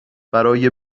برای